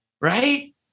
right